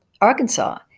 Arkansas